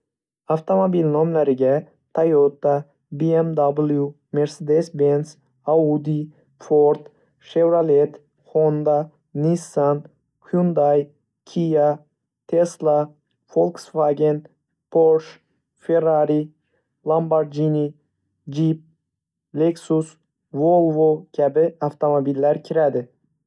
Avtomobil nomlariga: Toyota, BMW, Mercedes-Benz, Audi, Ford, Chevrolet, Honda, Nissan, Hyundai, Kia, Tesla, Volkswagen, Porsche, Ferrari, Lamborghini, Jeep, Lexus, Volvo kabi avtomobillar kiradi.